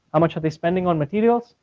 how much are they spending on materials?